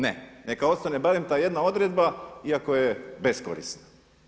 Ne, neka ostane barem ta jedna odredba iako je beskorisna.